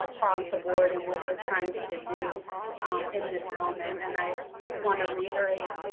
across the board in what you're trying to to do in this moment. and i want to reiterate